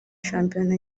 shampiona